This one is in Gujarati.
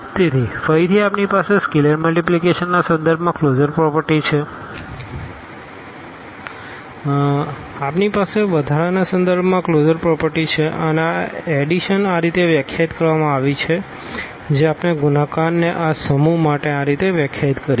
તેથી ફરીથી આપણી પાસે આ સ્કેલર મલ્ટીપ્લીકેશનના સંદર્ભમાં ક્લોઝર પ્રોપર્ટી છે આપણી પાસે વધારાના સંદર્ભમાં ક્લોઝર પ્રોપર્ટી છે અને આ એડીશન આ રીતે વ્યાખ્યાયિત કરવામાં આવી છે જે આપણે ગુણાકારને આ સમૂહ માટે આ રીતે વ્યાખ્યાયિત કરી છે